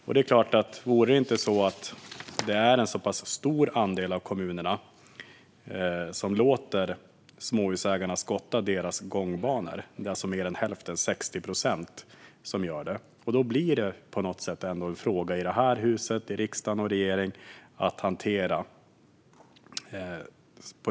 Om det inte vore så att en så pass stor andel av kommunerna låter småhusägarna skotta deras gångbanor - mer än hälften, 60 procent - blir det ändå en fråga för riksdag och regering att hantera.